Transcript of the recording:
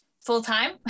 full-time